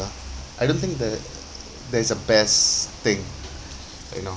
I don't think the~ there is the best thing you know